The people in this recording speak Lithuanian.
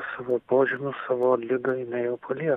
savo požymius savo ligą jinai jau palie